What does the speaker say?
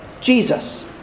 Jesus